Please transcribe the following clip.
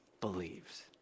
believes